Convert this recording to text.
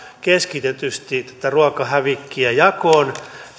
keskitetysti tätä ruokahävikkiä jakoon